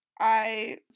I-